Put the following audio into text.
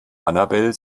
annabel